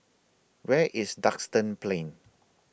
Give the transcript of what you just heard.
Where IS Duxton Plain